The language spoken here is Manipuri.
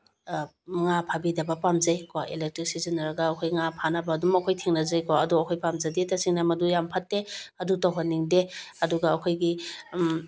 ꯉꯥ ꯐꯥꯕꯤꯗꯕ ꯄꯥꯝꯖꯩ ꯀꯣ ꯑꯦꯂꯦꯛꯇ꯭ꯔꯤꯛ ꯁꯤꯖꯤꯟꯅꯔꯒ ꯑꯩꯈꯣꯏ ꯉꯥ ꯐꯥꯅꯕ ꯑꯗꯨꯝ ꯑꯩꯈꯣꯏ ꯊꯦꯡꯅꯖꯩꯀꯣ ꯑꯗꯣ ꯑꯩꯈꯣꯏ ꯄꯥꯝꯖꯗꯦ ꯇꯁꯦꯡꯅ ꯃꯗꯨ ꯌꯥꯝ ꯐꯠꯇꯦ ꯑꯗꯨ ꯇꯧꯍꯟꯅꯤꯡꯗꯦ ꯑꯗꯨꯒ ꯑꯩꯈꯣꯏꯒꯤ